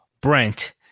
Brent